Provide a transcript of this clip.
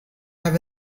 have